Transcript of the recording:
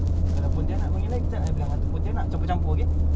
kalau pontianak mengilai kejap I bilang hantu pontianak campur campur okay